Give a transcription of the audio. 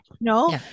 no